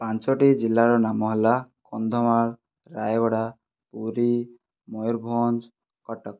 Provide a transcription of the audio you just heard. ପାଞ୍ଚୋଟି ଜିଲ୍ଲାର ନାମ ହେଲା କନ୍ଧମାଳ ରାୟଗଡ଼ା ପୁରୀ ମୟୁରଭଞ୍ଜ କଟକ